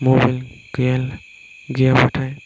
mobile गैया गैयाबाथाय